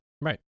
Right